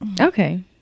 Okay